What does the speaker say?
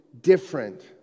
different